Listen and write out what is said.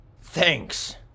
Thanks